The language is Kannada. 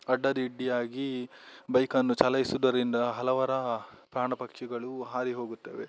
ಅಡ್ಡಾದಿಡ್ಡಿಯಾಗಿ ಬೈಕನ್ನು ಚಲಾಯಿಸುವುದರಿಂದ ಹಲವರ ಪ್ರಾಣಪಕ್ಷಿಗಳೂ ಹಾರಿಹೋಗುತ್ತವೆ